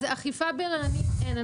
אז אכיפה בררנית אין.